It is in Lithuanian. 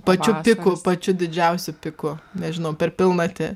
pačiu piku pačiu didžiausiu piku nežinau per pilnatį